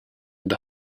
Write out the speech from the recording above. and